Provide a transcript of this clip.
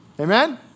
Amen